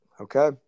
Okay